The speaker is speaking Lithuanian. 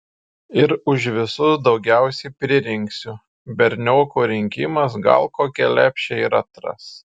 ir už visus daugiausiai pririnksiu berniokų rinkimas gal kokią lepšę ir atras